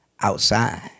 outside